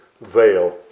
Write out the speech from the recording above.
veil